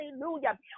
Hallelujah